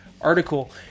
article